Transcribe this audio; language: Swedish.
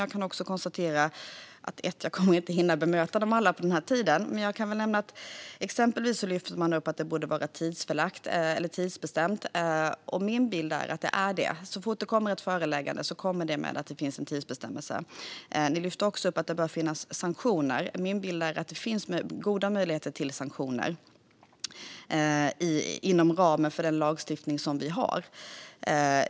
Jag kan dock konstatera att jag inte kommer att hinna bemöta dem alla, men jag kan nämna att man exempelvis lyfter fram att det borde vara tidsbestämt. Min bild är att det är det. Så fort det kommer ett föreläggande åtföljs det av en tidsbestämmelse. Ni lyfter också fram att det bör finnas sanktioner. Min bild är att det finns goda möjligheter till sanktioner inom ramen för den lagstiftning vi har.